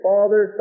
Father